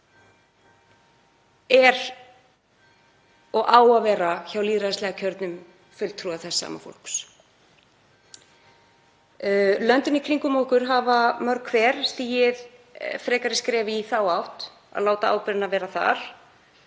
er og á að vera hjá lýðræðislega kjörnum fulltrúum þessa sama fólks. Löndin í kringum okkur hafa mörg hver stigið frekari skref í þá átt að láta ábyrgðina vera þar.